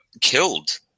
killed